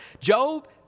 Job